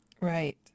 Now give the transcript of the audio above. right